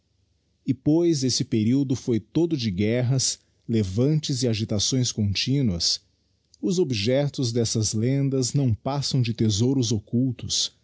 e pois esse periodo foi todo de guerras levantes e agitações continuas os objectos dessas lendas não passam de thesouros occultos